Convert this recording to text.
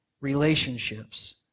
relationships